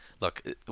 look